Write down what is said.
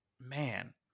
man